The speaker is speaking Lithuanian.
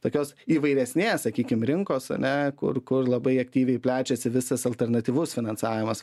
tokios įvairesnės sakykim rinkos ane kur kur labai aktyviai plečiasi visas alternatyvus finansavimas